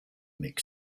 mixed